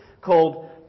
called